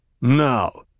Now